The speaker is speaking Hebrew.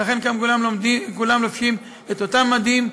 ולכן כולם גם לובשים את אותם מדים,